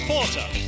Porter